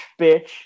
bitch